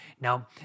Now